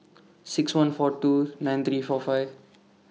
six one four two nine three four five